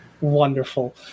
Wonderful